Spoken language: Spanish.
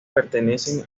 pertenecen